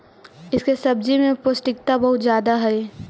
इसके सब्जी में पौष्टिकता बहुत ज्यादे हई